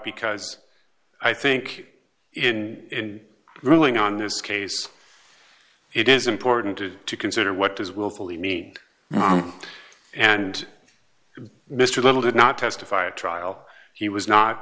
because i think in ruling on this case it is important to consider what does willfully mean and mr little did not testify at trial he was not